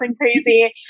crazy